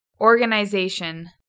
Organization